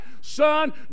son